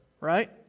Right